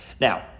Now